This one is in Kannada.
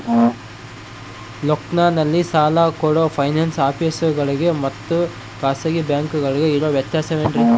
ಲೋಕಲ್ನಲ್ಲಿ ಸಾಲ ಕೊಡೋ ಫೈನಾನ್ಸ್ ಆಫೇಸುಗಳಿಗೆ ಮತ್ತಾ ಖಾಸಗಿ ಬ್ಯಾಂಕುಗಳಿಗೆ ಇರೋ ವ್ಯತ್ಯಾಸವೇನ್ರಿ?